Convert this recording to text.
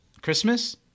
Christmas